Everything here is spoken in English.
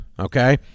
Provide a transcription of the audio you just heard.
Okay